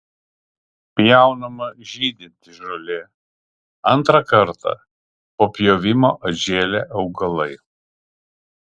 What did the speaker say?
pjaunama žydinti žolė antrą kartą po pjovimo atžėlę augalai